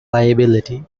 liability